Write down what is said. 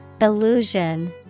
Illusion